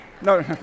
no